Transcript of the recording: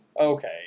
Okay